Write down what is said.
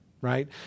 right